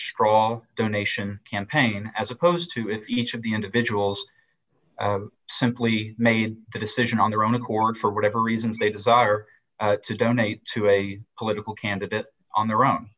straw donation campaign as opposed to if you should the individuals simply made the decision on their own accord for whatever reasons they desire to donate to a political candidate on their own